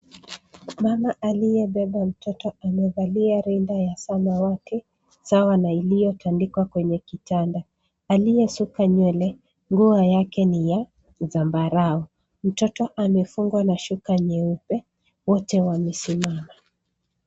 Mama aliyebeba mtoto amevalia rinda ya samawati sawa na iliyotandikwa kwenye kitanda. Aliyesuka nywele nguo yake ni ya zambarau. Mtoto amefungwa na shuka iliyonyeupe. Wote wamesimama.